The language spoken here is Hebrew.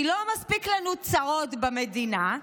אם לא מספיקות לנו הצרות במדינה,